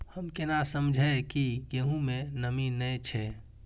हम केना समझये की गेहूं में नमी ने छे?